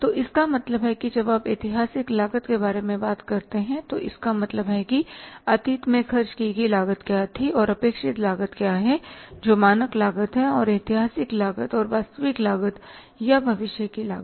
तो इसका मतलब है जब आप ऐतिहासिक लागत के बारे में बात कर रहे हैं तो इसका मतलब है कि अतीत में खर्च की गई लागत क्या थी और अपेक्षित लागत क्या है जो मानक लागत है और ऐतिहासिक लागत और वास्तविक लागत या शायद भविष्य की लागत